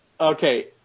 okay